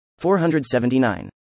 479